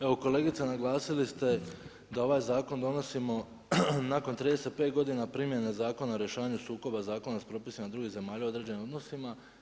Evo kolegice naglasili ste da ovaj zakon donosimo nakon 35 godina primjene Zakona o rješavanju sukoba zakonom koji su propisani drugih zemalja o određenim odnosima.